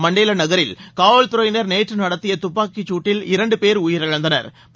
மண்டலே நகரில் காவல்துறையினா் நேற்று நடத்திய துப்பாக்கிச் சூட்டில் இரண்டு பேர் உயிரிழந்தனா்